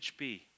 HB